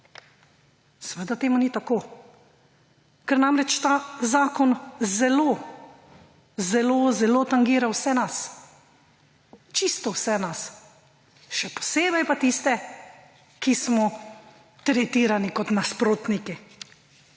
seveda temu ni tako, ker namreč ta zakon zelo zelo tangira vse nas. Čisto vse nas, še posebej pa tiste, ki smo tretirani kot nasprotniki